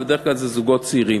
ובדרך כלל זה זוגות צעירים.